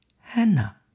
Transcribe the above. Hannah